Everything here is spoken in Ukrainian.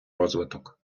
розвиток